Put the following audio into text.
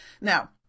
Now